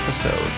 Episode